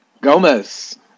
Gomez